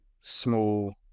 small